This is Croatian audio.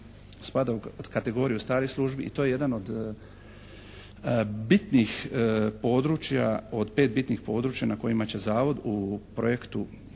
spada u kategoriju starih službi i to je jedan od bitnih područja, od 5 bitnih područja na kojima će Zavod u projektu